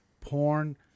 porn